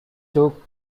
took